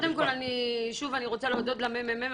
קודם כל אני שוב רוצה להודות לממ"מ,